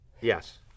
Yes